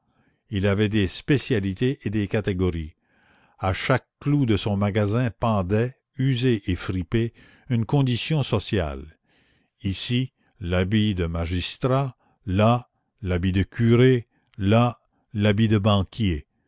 il avait des spécialités et des catégories à chaque clou de son magasin pendait usée et fripée une condition sociale ici l'habit de magistrat là l'habit de curé là l'habit de banquier